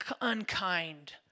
unkind